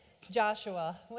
Joshua